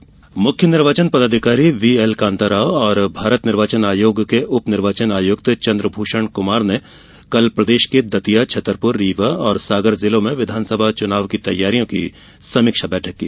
निर्वाचन मुख्य निर्वाचन पदाधिकारी वीएल कांताराव और भारत निर्वाचन आयोग के उप निर्वाचन आयुक्त चंद्रभुषण कुमार ने कल प्रदेश के दतिया छतरपुर रीवा और सागर जिलों में विधानसभा चुनाव की तैयारियों की समीक्षा बैठक की